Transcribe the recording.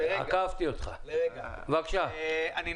באיזה אתרים הם יבקרו,